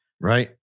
Right